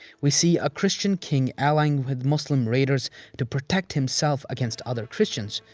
we see a christian king allying with muslim raiders to protect himself against other christians.